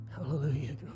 Hallelujah